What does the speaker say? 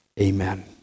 Amen